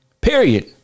Period